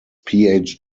phd